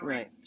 Right